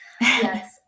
Yes